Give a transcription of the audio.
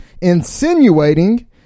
insinuating